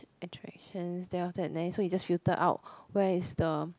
attractions then after that then so you just filter out where is the